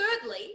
thirdly